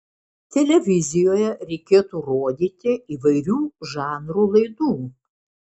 televizijoje reikėtų rodyti įvairių žanrų laidų